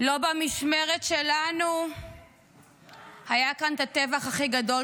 לא במשמרת שלנו היה כאן את הטבח הכי גדול